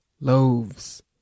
Loaves